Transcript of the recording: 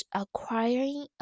acquiring